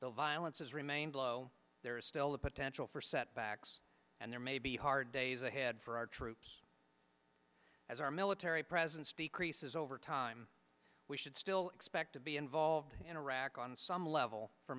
the violence has remained low there is still the potential for setbacks and there may be hard days ahead for our troops as our military presence decreases over time we should still expect to be involved in iraq on some level for